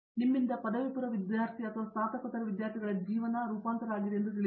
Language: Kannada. ನಿಮ್ಮಿಂದ ಪದವಿಪೂರ್ವ ವಿದ್ಯಾರ್ಥಿ ಅಥವಾ ಸ್ನಾತಕೋತ್ತರ ವಿದ್ಯಾರ್ಥಿಗಳ ಜೀವನ ರೂಪಾಂತರವು ಎಂದು ತಿಳಿದಿದೆ